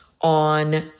on